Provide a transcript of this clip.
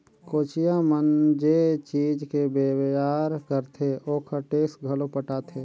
कोचिया मन जे चीज के बेयार करथे ओखर टेक्स घलो पटाथे